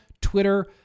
Twitter